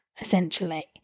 essentially